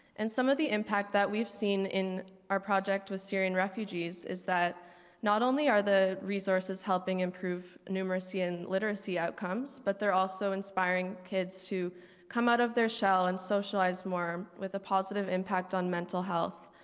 and some of the impact that we've seen in our project with syrian refugees is that not only are the resources helping improve numeracy and literacy outcomes, but they're also inspiring kids to come out of their shell and socialize more with a positive impact on mental health.